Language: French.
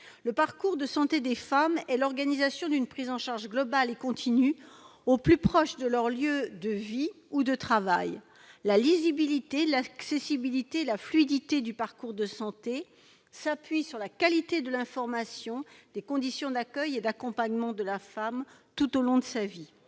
Le parcours de santé des femmes est l'organisation d'une prise en charge globale et continue, au plus proche de leur lieu de vie ou de travail. La lisibilité, l'accessibilité et la fluidité du parcours de santé s'appuient sur la qualité de l'information, des conditions d'accueil et d'accompagnement de la femme tout au long de sa vie.